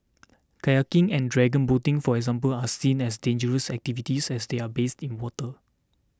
kayaking and dragon boating for example are seen as dangerous activities as they are based in water